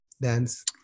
Dance